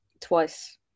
twice